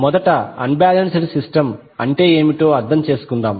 మొదట unbalanced system అంటే ఏమిటో అర్థం చేసుకుందాం